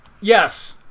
Yes